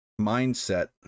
mindset